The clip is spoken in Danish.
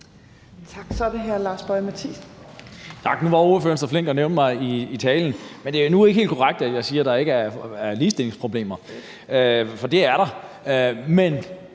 Boje Mathiesen (NB): Tak. Nu var ordføreren så flink at nævne mig i talen, men det er nu ikke helt korrekt at sige, at jeg siger, at der ikke er ligestillingsproblemer, for det er der. Det